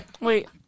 Wait